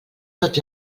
tot